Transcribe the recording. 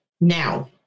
Now